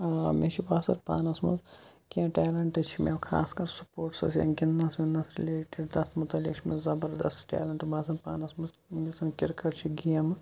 مےٚ چھُ باسان پانَس مَنٛز کینٛہہ ٹیلنٹ چھُ مےٚ خاص کَر سپوٹسَس یا گِندنَس وِندنَس رِلیٹِڈ تَتھ مُتعلِق چھُ مےٚ زَبَردَست ٹیلنٹ باسان پانَس مَنٛز یُس زَن کِرکَٹ چھِ گیمہٕ